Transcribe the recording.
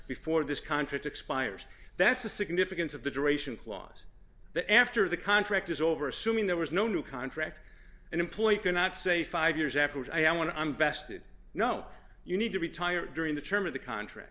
before this contract expires that's the significance of the duration clause that after the contract is over assuming there was no new contract an employee cannot say five years after which i want to i'm vested no you need to retire during the term of the contract